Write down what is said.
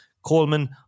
Coleman